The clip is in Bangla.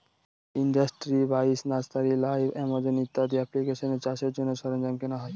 ইন্ডাস্ট্রি বাইশ, নার্সারি লাইভ, আমাজন ইত্যাদি এপ্লিকেশানে চাষের জন্য সরঞ্জাম কেনা হয়